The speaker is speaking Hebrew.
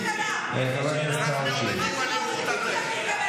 אתם מה זה מגנים.